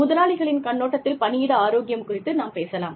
முதலாளிகளின் கண்ணோட்டத்தில் பணியிட ஆரோக்கியம் குறித்து நாம் பேசலாம்